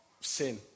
sin